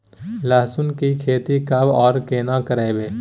लहसुन की खेती कब आर केना करबै?